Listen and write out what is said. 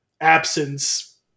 absence